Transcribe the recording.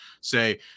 say